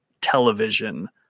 television